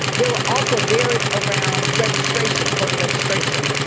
there were also barriers around registration, voter registration.